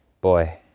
boy